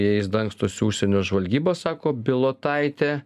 jais dangstosi užsienio žvalgyba sako bilotaitė